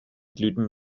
gluten